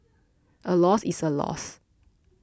a loss is a loss